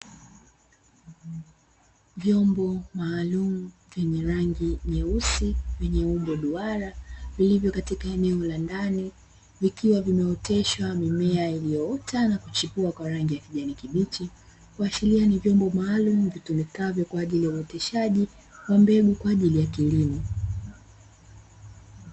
Vyombo maalumu vyenye rangi nyeusi vyenye umbo duara vilivyo katika eneo la ndani, vikiwa vimeoteshwa mimea iliyoota na kuchipua kwa rangi ya kijani kibichi, kuashiria ni vyombo maalumu vitumikavyo kwa ajili ya uoteshaji wa mbegu kwa ajili ya kilimo.